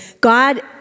God